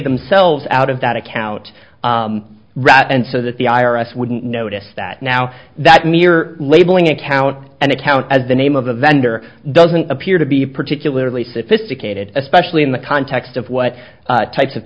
themselves out of that account rather and so that the i r s wouldn't notice that now that mere labeling account and account as the name of the vendor doesn't appear to be particularly sophisticated especially in the context of what types of